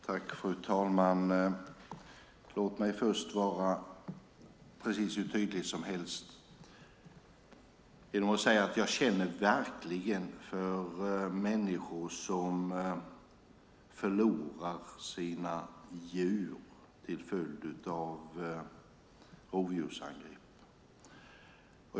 Fru talman! Låt mig vara mycket tydlig med att säga att jag verkligen känner för människor som förlorar sina djur till följd av rovdjursangrepp.